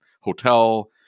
Hotel